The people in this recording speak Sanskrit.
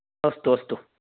अस्तु अस्तु